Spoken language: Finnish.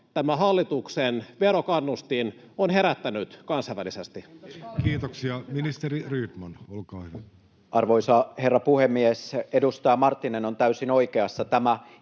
tämä hallituksen verokannustin on herättänyt kansainvälisesti? Kiitoksia. — Ministeri Rydman, olkaa hyvä. Arvoisa herra puhemies! Edustaja Marttinen on täysin oikeassa: tämä